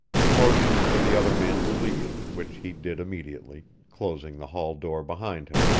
he motioned for the other man to leave, which he did immediately, closing the hall door behind him.